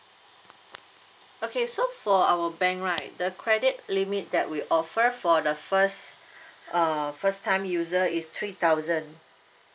okay so for our bank right the credit limit that we offer for the first uh first time user is three thousand